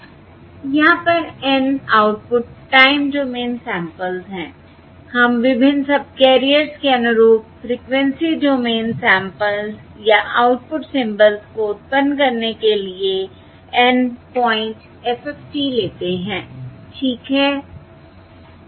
यहां पर N output time domain samples है हम विभिन्न सबकैरियर्स के अनुरूप फ्रिकवेंसी डोमेन सैंपल्स या आउटपुट सिंबल्स को उत्पन्न करने के लिए N पॉइंट FFT लेते हैं ठीक है